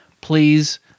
please